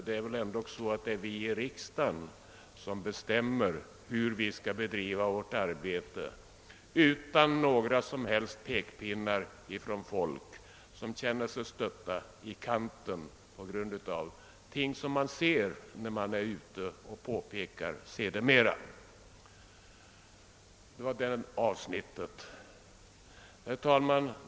Det är väl i alla fall vi i riksdagen som själva bestämmer hur vi skall bedriva vårt arbete utan några som helst pekpinnar från folk som känner sig stötta i kanten på grund av att påpekanden görs om sådana ting som man ser när man är ute och reser. Herr talman!